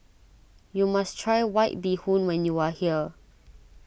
you must try White Bee Hoon when you are here